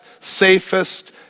safest